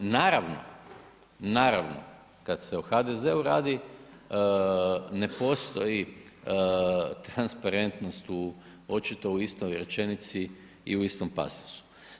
Naravno, naravno, kad se o HDZ-u radi ne postoji transparentnost u, očito u istoj rečenici i u istom pasusu.